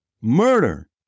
murder